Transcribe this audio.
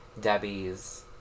Debbie's